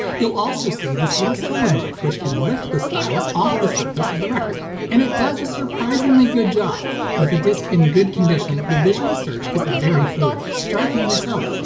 you'll also see this little solenoid which can lift the stylus off the surface of the record. and it does a surprisingly good job. with a disc in good condition, the visual search is very fluid. strikingly so.